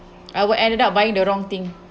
I will ended up buying the wrong thing